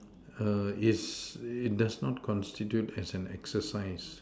is it does not constitute as an exercise